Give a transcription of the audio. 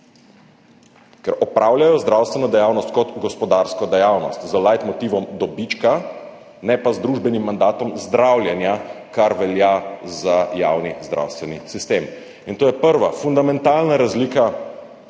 ker opravljajo zdravstveno dejavnost kot gospodarsko dejavnost z lajtmotivom dobička, ne pa z družbenim mandatom zdravljenja, kar velja za javni zdravstveni sistem. In to je prva, fundamentalna razlika